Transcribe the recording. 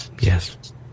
Yes